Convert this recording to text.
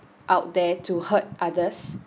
out there to hurt others